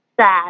sad